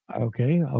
Okay